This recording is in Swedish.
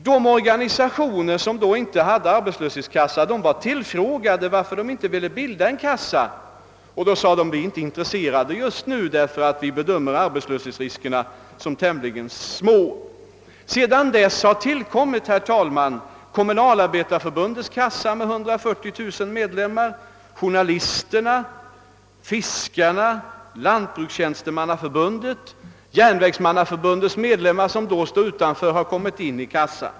De organisationer som då inte hade arbetslöshetskassa hade tillfrågats om anledningen till att de inte ville bilda sådan, och de hade svarat att de inte var intresserade just vid detta tillfälle, eftersom de bedömde arbetslöshetsriskerna som tämligen små. Sedan dess har, herr talman, tillkommit Kommunalarbetareförbundets 140 000 medlemmar och journalisternas, fiskarnas, lantbrukstjänstemännens och järnvägstjänstemännens medlemmar som tidigare stod utanför arbetslöshetskassan.